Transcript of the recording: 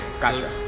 gotcha